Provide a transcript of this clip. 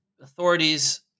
authorities